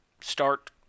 start